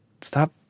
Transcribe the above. stop